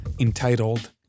entitled